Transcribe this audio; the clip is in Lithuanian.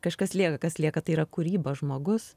kažkas lieka kas lieka tai yra kūryba žmogus